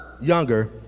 younger